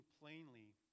plainly